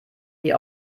die